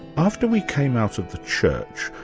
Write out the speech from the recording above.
after we came out of the church,